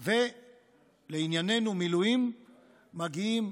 לענייננו, למילואים מגיעים,